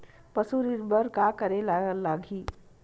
पशु ऋण बर का करे ला लगही?